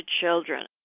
children